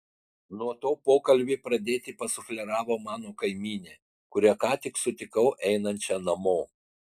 nuo to pokalbį pradėti pasufleravo mano kaimynė kurią ką tik sutikau einančią namo